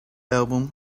album